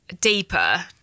deeper